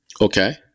Okay